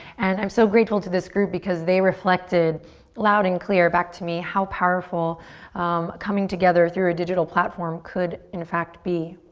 and i'm so grateful to this group because they reflected loud and clear back to me how powerful coming together through a digital platform could in fact be.